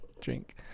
Drink